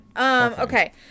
okay